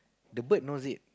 the bird knows it